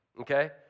Okay